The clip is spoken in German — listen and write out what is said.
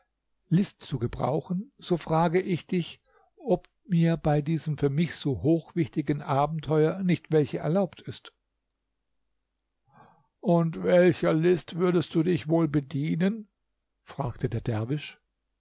list zu gebrauchen so frage ich dich ob mir bei diesem für mich so hochwichtigen abenteuer nicht welche erlaubt ist und welcher list würdest du dich wohl bedienen fragte der derwisch